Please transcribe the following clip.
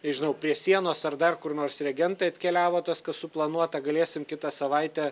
nežinau prie sienos ar dar kur nors reagentai atkeliavo tas kas suplanuota galėsim kitą savaitę